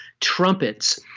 Trumpets